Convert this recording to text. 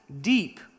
deep